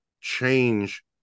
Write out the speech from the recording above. change